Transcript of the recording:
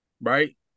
right